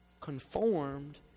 Conformed